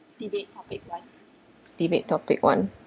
debate topic one debate topic one